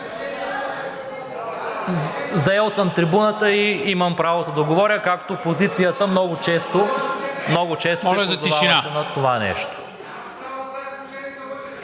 Заел съм трибуната и имам правото да говоря, както опозицията много често се позоваваше на това нещо.